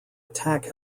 attack